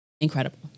Incredible